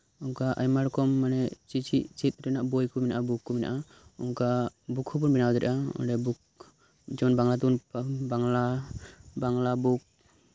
ᱱᱚᱝᱠᱟ ᱟᱭᱢᱟ ᱨᱚᱠᱚᱢ ᱢᱟᱱᱮ ᱪᱮᱪᱮᱫ ᱨᱮᱱᱟᱜ ᱵᱳᱭ ᱠᱚ ᱢᱮᱱᱟᱜᱼᱟ ᱚᱱᱠᱟ ᱵᱩᱠ ᱦᱚᱸᱵᱚᱱ ᱵᱮᱱᱟᱣ ᱫᱟᱲᱮᱭᱟᱜᱼᱟ ᱚᱸᱰᱮ ᱵᱩᱠ ᱡᱮᱢᱚᱱ ᱵᱟᱝᱞᱟ ᱛᱮᱵᱚᱱ ᱠᱚᱨᱟᱣ ᱫᱟᱲᱮᱭᱟᱜᱼᱟ ᱵᱟᱝᱞᱟ ᱵᱟᱝᱞᱟ ᱵᱩᱠ